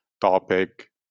topic